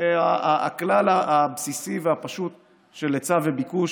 הכלל הבסיסי והפשוט של היצע וביקוש,